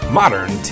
modern